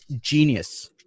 genius